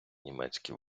німецькі